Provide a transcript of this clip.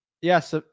Yes